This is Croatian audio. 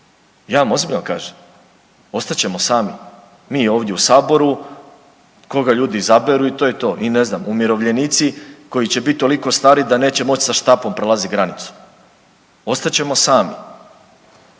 Ja vam ozbiljno kažem ostat ćemo sami, mi ovdje u saboru, koga ljudi izaberu i to je to i ne znam umirovljenici koji će biti toliko stari da neće moći sa štapom prolazit granicu. Ostat ćemo sami.